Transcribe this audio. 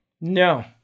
No